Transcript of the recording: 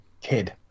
kid